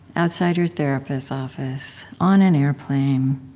outside your therapist's office, on an airplane,